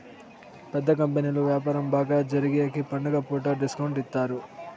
పెద్ద కంపెనీలు వ్యాపారం బాగా జరిగేగికి పండుగ పూట డిస్కౌంట్ ఇత్తారు